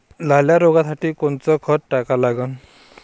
लाल्या रोगासाठी कोनचं खत टाका लागन?